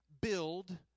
build